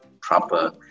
proper